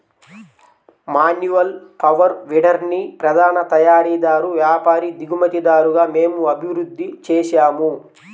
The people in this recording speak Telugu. మాన్యువల్ పవర్ వీడర్ని ప్రధాన తయారీదారు, వ్యాపారి, దిగుమతిదారుగా మేము అభివృద్ధి చేసాము